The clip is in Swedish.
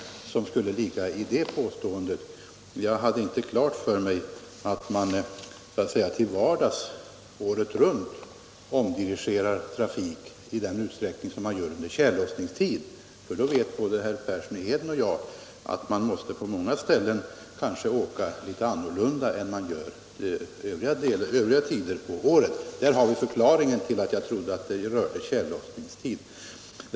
Jag hade inte klart för mig att man året runt omdirigerar trafik i den utsträckning som sker under tjällossningstid. Herr Persson i Heden vet lika väl som jag att man då på många ställen ibland måste göra ett något annorlunda vägval än under övriga tider av året. Detta är förklaringen till att jag trodde att det var tjällossningstiden som här avsågs.